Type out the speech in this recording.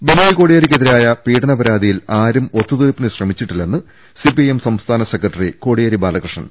ബിനോയ് കോടിയേരിക്കെതിരായ പീഡന പരാതിയിൽ ആരും ഒത്തു തീർപ്പിന് ശ്രമിച്ചിട്ടില്ലെന്ന് സിപിഐഎം സംസ്ഥാന സെക്ര ട്ടറി കോടിയേരി ബാലകൃഷ്ണൻ